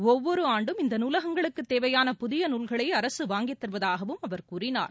ஒவ்வொரு ஆண்டும் இந்த நூலகங்களுக்குத் தேவையான புதிய நூல்களை அரசு வாங்கித் தருவதாகவும் அவர் கூறினார்